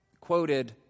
quoted